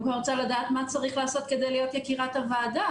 אני רוצה קודם כל לדעת מה צריך לעשות כדי להיות יקירת הוועדה.